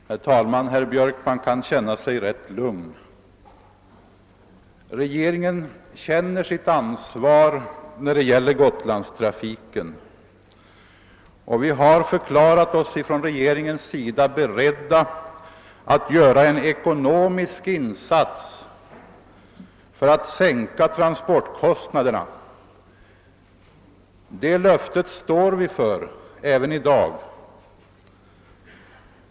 Herr talman! Herr Björkman kan vara ganska lugn. Regeringen känner sitt ansvar för Gotlandstrafiken och har förklarat sig beredd att göra en ekonomisk insats för att sänka transportkostnaderna. Det löftet står vi för även i dag.